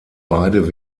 beide